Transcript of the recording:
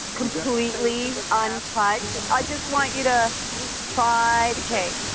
completely untouched. i just want you to try the cake.